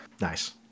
Nice